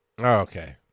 okay